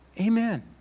Amen